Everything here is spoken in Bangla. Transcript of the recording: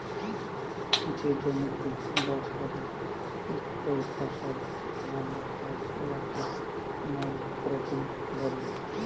যে জমিতে বসরে ইকটই ফসল ফলাল হ্যয় উয়াকে মলক্রপিং ব্যলে